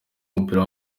w’umupira